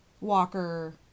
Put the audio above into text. walker